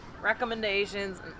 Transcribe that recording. recommendations